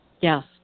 Yes